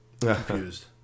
confused